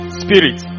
spirit